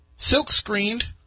Silk-screened